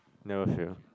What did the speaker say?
never fail